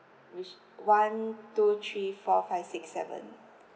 which one two three four five six seven